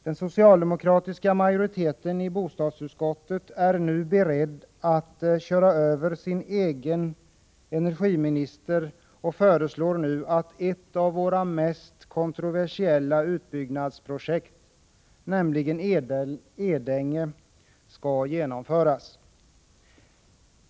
Den socialdemokratiska majoriteten i bostadsutskottet är nu beredd att köra över sin egen energiminister och föreslår att ett av våra mest kontroversiella utbyggnadsprojekt, nämligen Edänge, skall genomföras.